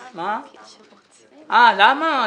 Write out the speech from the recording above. למה?